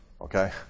Okay